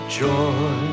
joy